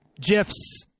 GIFs